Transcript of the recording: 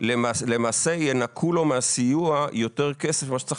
למעשה ינכו לו מהסיוע יותר כסף מכפי שצריך